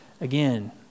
again